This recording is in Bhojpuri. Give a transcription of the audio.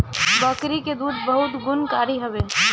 बकरी के दूध बहुते गुणकारी हवे